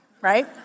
right